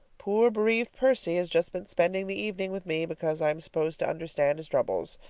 poor bereaved percy has just been spending the evening with me, because i am supposed to understand his troubles.